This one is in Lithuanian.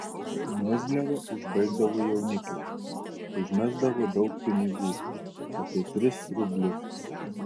mezliavą užbaigdavo jaunikis užmesdavo daug pinigų apie tris rublius